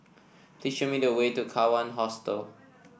please show me the way to Kawan Hostel